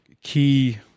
key